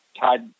tied